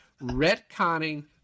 retconning